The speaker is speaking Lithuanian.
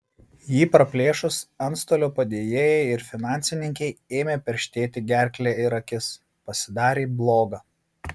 jį praplėšus antstolio padėjėjai ir finansininkei ėmė perštėti gerklę ir akis pasidarė bloga